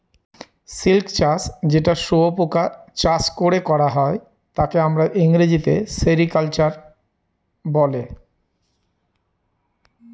silk চাষ যেটা শুয়োপোকা চাষ করে করা হয় তাকে আমরা ইংরেজিতে সেরিকালচার বলে